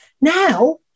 Now